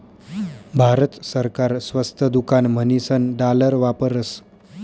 भारत सरकार स्वस्त दुकान म्हणीसन डालर वापरस